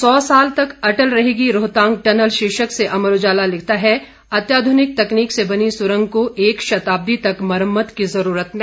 सौ साल तक अटल रहेगी रोहतांग टनल शीर्षक से अमर उजाला लिखता है अत्याधुनिक तकनीक से बनी सुरंग को एक शताब्दी तक मरम्मत की जरूर नहीं